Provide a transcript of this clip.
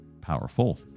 powerful